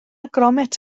gromit